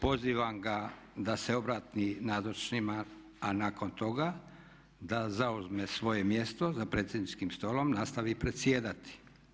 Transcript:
Pozivam ga da se obrati nazočnima a nakon toga da zauzme svoje mjesto za predsjedničkim stolom i nastavi predsjedati.